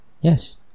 Yes